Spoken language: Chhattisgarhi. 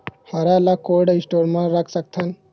हरा ल कोल्ड स्टोर म रख सकथन?